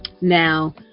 Now